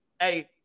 Hey